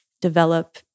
develop